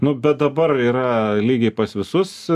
nu bet dabar yra lygiai pas visus